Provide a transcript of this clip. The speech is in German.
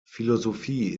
philosophie